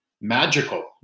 magical